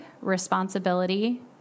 responsibility